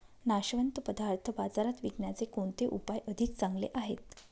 नाशवंत पदार्थ बाजारात विकण्याचे कोणते उपाय अधिक चांगले आहेत?